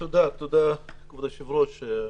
תודה, כבוד היושב-ראש.